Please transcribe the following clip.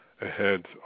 ahead